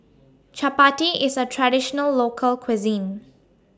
Chapati IS A Traditional Local Cuisine